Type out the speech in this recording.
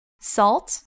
Salt